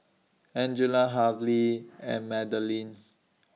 Angella and Madaline